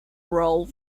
role